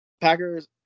Packers